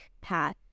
path